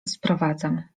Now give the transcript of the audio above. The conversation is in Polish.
sprowadzam